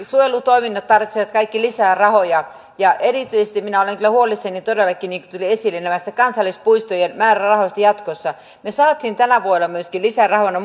suojelutoiminnot tarvitsevat kaikki lisää rahoja ja erityisesti minä olen todellakin kyllä huolissani niin kuin tuli esille kansallispuistojen määrärahoista jatkossa me saimme tänä vuonna myöskin lisärahoja